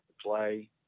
play